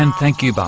and thank you, ah